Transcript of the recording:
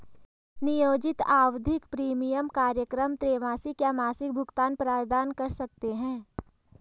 नियोजित आवधिक प्रीमियम कार्यक्रम त्रैमासिक या मासिक भुगतान प्रदान कर सकते हैं